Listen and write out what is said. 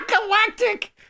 Galactic